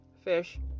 fish